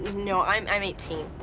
no. i'm i'm eighteen.